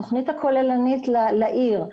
בתוכנית הכוללנית לעיר,